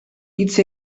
hitz